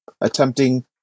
attempting